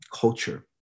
culture